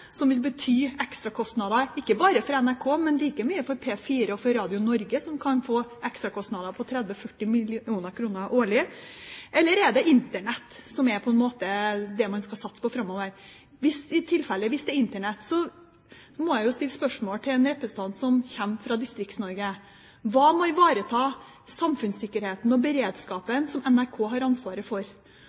som vil bety ekstrakostnader, ikke bare for NRK, men like mye for P4 og for Radio Norge, som kan få ekstrakostnader på 30–40 mill. kr årlig, eller er det Internett man skal satse på framover? Hvis det i tilfelle er Internett, må jeg jo stille spørsmålet til en representant som kommer fra Distrikts-Norge: Hva med å ivareta samfunnssikkerheten og beredskapen som NRK har ansvaret for,